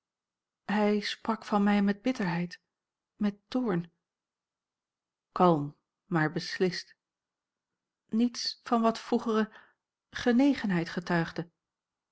hij sprak van mij met bitterheid met toorn kalm maar beslist niets van wat vroegere genegenheid getuigde